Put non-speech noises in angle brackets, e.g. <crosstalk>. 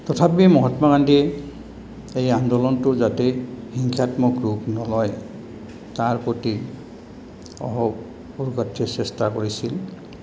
তথাপি মহাত্মা গান্ধীয়ে এই আন্দোলনটো যাতে হিংসাত্মক ৰূপ নলয় তাৰ প্ৰতি <unintelligible> চেষ্টা কৰিছিল